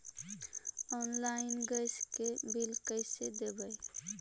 Online gas के bill कैसे देबै?